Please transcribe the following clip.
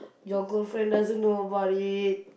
your girlfriend doesn't know about it